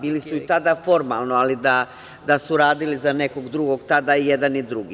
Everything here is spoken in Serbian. Bili su i tada formalno, ali da su radili za nekog drugog tada i jedan i drugi.